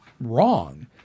wrong